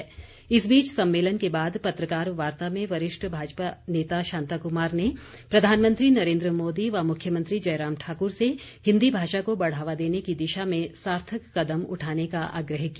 शांता कुमार इस बीच सम्मेलन के बाद पत्रकार वार्ता में वरिष्ठ भाजपा नेता शांता कुमार ने प्रधानमंत्री नरेन्द्र मोदी व मुख्यमंत्री जयराम ठाकुर से हिन्दी भाषा को बढ़ावा देने की दिशा में सार्थक कदम उठाने का आग्रह किया